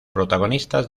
protagonistas